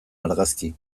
argazki